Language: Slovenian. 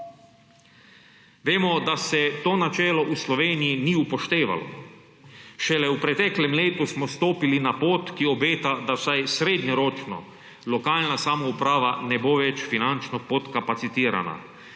Vemo, da se to načelo v Sloveniji ni upoštevalo. Šele v preteklem letu smo stopili na pot, ki obeta, da vsaj srednjeročno lokalna samouprava ne bo več finančno podkapacitirana;